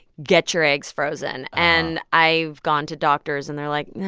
get your eggs frozen. and i've gone to doctors. and they're like, nah,